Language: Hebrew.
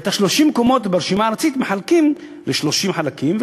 ואת 30 המקומות ברשימה הארצית מחלקים ל-30 חלקים,